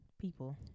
people